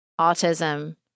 autism